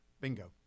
Bingo